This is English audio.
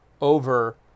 over